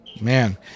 man